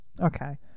Okay